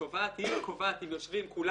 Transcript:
אז התובעת היא זו שקובעת אם יושבים כולם